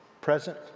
present